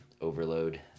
overload